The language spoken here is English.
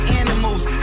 animals